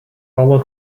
alle